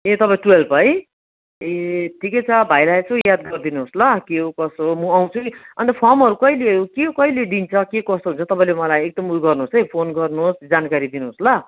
ए तपाईँ टुवेल्भ है ए ठिकै छ भाइलाई एसो याद गरिदिनुहोस् ल के हो कसो हो म आउँछु नि अन्त फर्महरू कहिले के हो कहिले दिन्छ के कस्तो हुन्छ तपाईँले मलाई एकदम उयो गर्नु होस् है फोन गर्नुहोस् है जानकारी गरिदिनु होस् ल